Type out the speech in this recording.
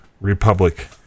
republic